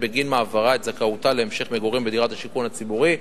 בגין מעברה את זכאותה להמשך מגורים בדירת השיכון הציבורי.